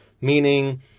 Meaning